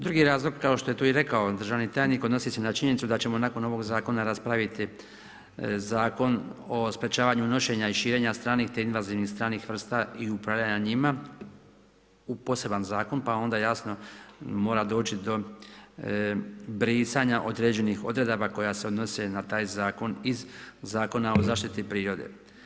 Drugi razlog kao što je to i rekao državni tajnik odnosi se na činjenicu da ćemo nakon ovog zakona raspraviti Zakon o sprečavanju unošenja i širenja stranih te invazivnih stranih vrsta i upravljanja njima u poseban zakon pa onda jasno mora doći do brisanja određenih odredba koja se odnose na taj zakon iz Zakona o zaštiti prirode.